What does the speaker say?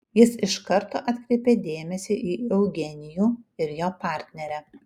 jis iš karto atkreipė dėmesį į eugenijų ir jo partnerę